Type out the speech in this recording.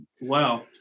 wow